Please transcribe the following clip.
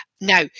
Now